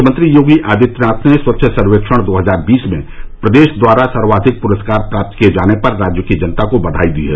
मुख्यमंत्री योगी आदित्यनाथ ने स्वच्छ सर्वेक्षण दो हजार बीस में प्रदेश द्वारा सर्वाधिक पुरस्कार प्राप्त किए जाने पर राज्य की जनता को बधाई दी है